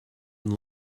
and